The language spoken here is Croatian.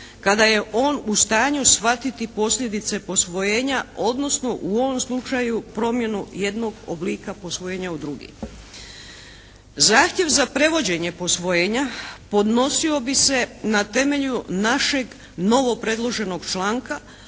kada je on u stanju shvatiti posljedice posvojenja, odnosno u ovom slučaju promjenu jednog oblika posvojenja od drugih. Zahtjev za prevođenje posvojenja podnosio bi se na temelju našeg novopredloženog članka,